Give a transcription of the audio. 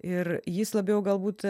ir jis labiau galbūt